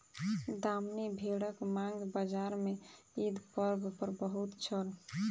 दामनी भेड़क मांग बजार में ईद पर्व पर बहुत छल